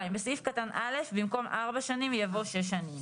בסעיף קטן א', במקום ארבע שנים, יבוא שש שנים.